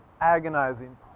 agonizing